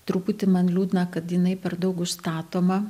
truputį man liūdna kad jinai per daug užstatoma